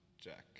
Jack